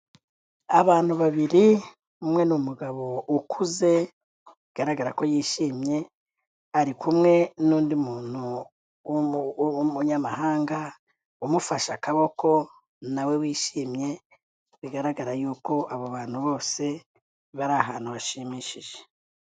Abantu babiri umwe ni umugabo ukuze bigaragara ko yishimye ari kumwe n'undi muntu w'umuyamahanga umufashe akaboko na we wishimye, bigaragara yuko abo bantu bose bari ahantu hashimishije.